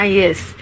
yes